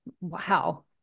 wow